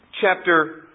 chapter